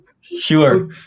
sure